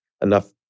enough